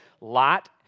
Lot